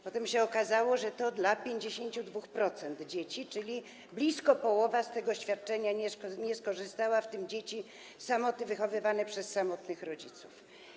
Potem się okazało, że to dla 52% dzieci, czyli blisko połowa z tego świadczenia nie skorzystała, w tym dzieci wychowywane przez samotnych rodziców.